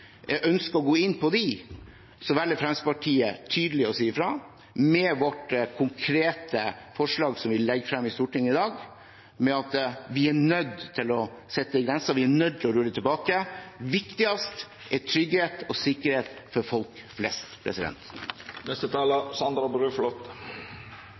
velger Fremskrittspartiet tydelig å si ifra med vårt konkrete forslag, som vi legger frem i Stortinget i dag, om at vi er nødt til å sette grenser. Vi er nødt til å rulle tilbake. Viktigst er trygghet og sikkerhet for folk flest.